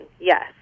Yes